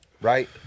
right